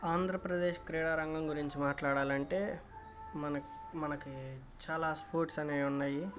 ఆంధ్రప్రదేశ్ క్రీడారంగం గురించి మాట్లాడాలంటే మన మనకి చాలా స్పోర్ట్స్ అనేవి ఉన్నాయి